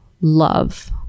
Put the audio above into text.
love